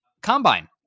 Combine